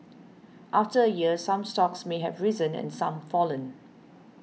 after a year some stocks may have risen and some fallen